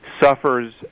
suffers